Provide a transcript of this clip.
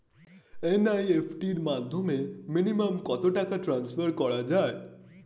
NEFT র মাধ্যমে minimum কত টাকা ট্রান্সফার করা যায়?